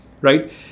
right